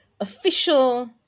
official